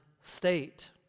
state